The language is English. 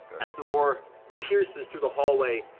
as the roar pierces through the hallway,